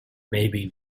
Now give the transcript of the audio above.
maybe